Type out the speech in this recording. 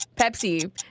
pepsi